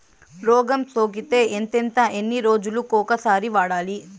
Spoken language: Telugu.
రోగం సోకితే ఎంతెంత ఎన్ని రోజులు కొక సారి వాడాలి?